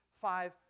five